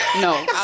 No